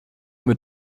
mit